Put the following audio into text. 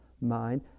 mind